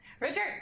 Richard